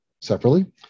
separately